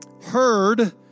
heard